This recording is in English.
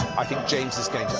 i think james is going